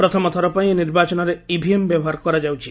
ପ୍ରଥମ ଥର ପାଇଁ ଏହି ନିର୍ବାଚନରେ ଇଭିଏମ ବ୍ୟବହାର କରାଯାଉଛି